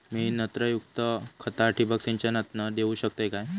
मी नत्रयुक्त खता ठिबक सिंचनातना देऊ शकतय काय?